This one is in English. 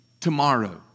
tomorrow